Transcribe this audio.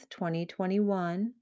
2021